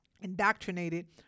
indoctrinated